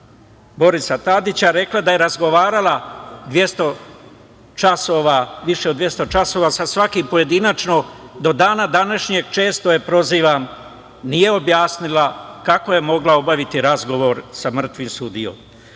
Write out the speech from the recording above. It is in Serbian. Borisa Tadića, rekla da je razgovarala više od 200 sati sa svakim pojedinačno, do dana današnjeg, često je prozivam, nije objasnila kako je mogla obaviti razgovor sa mrtvim sudijom.